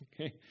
Okay